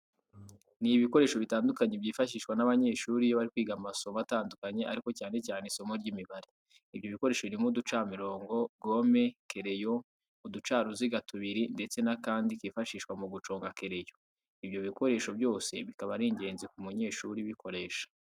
Ni ibikoresho bitandukanye byifashishwa n'abanyeshuri iyo bari kwiga amasomo atandukanye ariko cyane cyane isimo ry'imibare. Ibyo bikoresho birimo uducamirongo, gome, kereyo, uducaruziga tubiri ndetse n'akandi kifashishwa mu guconga kereyo. Ibyo bikoresho byose bikaba ari ingenzi ku munyeshuri ubikoresha.